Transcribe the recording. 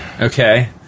Okay